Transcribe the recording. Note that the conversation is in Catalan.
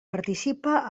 participa